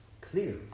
clear